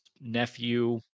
nephew